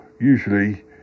Usually